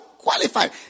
Qualified